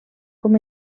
com